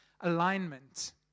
alignment